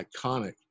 iconic